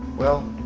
well.